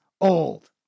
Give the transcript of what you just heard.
old